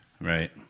Right